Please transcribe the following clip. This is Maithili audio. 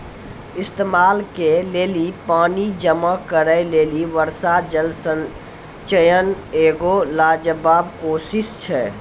इस्तेमाल के लेली पानी जमा करै लेली वर्षा जल संचयन एगो लाजबाब कोशिश छै